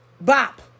Bop